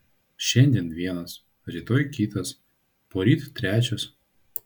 šiandien vienas rytoj kitas poryt trečias